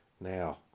Now